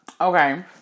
Okay